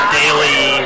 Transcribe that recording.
daily